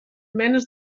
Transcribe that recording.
menes